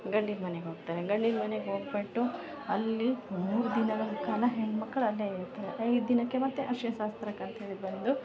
ಗಂಡಿನ ಮನೆಗೆ ಹೋಗ್ತಾರೆ ಗಂಡಿನ ಮನೆಗೆ ಹೋಗಿಬಿಟ್ಟು ಅಲ್ಲಿ ಮೂರು ದಿನಗಳ ಕಾಲ ಹೆಣ್ಮಕ್ಳು ಅಲ್ಲೆ ಇರ್ತಾರೆ ಐದು ದಿನಕ್ಕೆ ಮತ್ತೆ ಅರಿಶ್ಣ ಶಾಸ್ತ್ರಕ್ಕಂಥೇಳಿ ಬಂದು